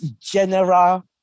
general